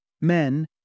Men